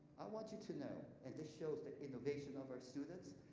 want you to know and this shows the innovation of our students.